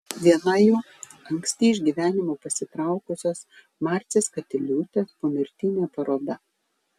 viena jų anksti iš gyvenimo pasitraukusios marcės katiliūtės pomirtinė paroda